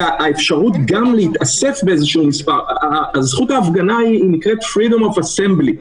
האפשרות להתאסף באיזשהו מספר זכות ההפגנה נקראת freedom of assembly,